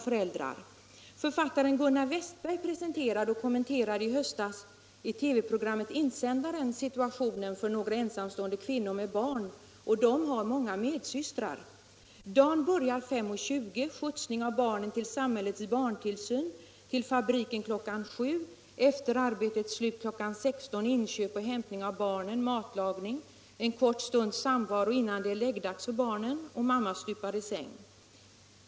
Författaren Gunnar Västberg presenterade och kommenterade i TV programmet Insändaren situationen för några ensamstående kvinnor med barn. De har många medsystrar. Deras dag börjar kl. 05.20 och efter skjutsning av barnen till samhällets barntillsyn skall de vara på fabriken kl. 07.00. Efter arbetets slut kl. 16.00 följer inköp, hämtning av barnen, matlagning och en kort stunds samvaro innan det är läggdags.